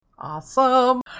Awesome